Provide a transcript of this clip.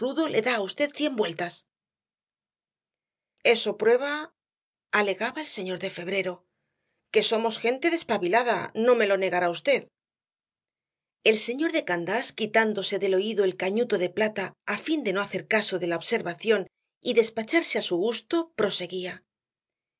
le da á v cien vueltas eso prueba alegaba el señor de febrero que somos gente despabilada no me lo negará v el señor de candás quitándose del oído el cañuto de plata á fin de no hacer caso de la observación y despacharse á su gusto proseguía y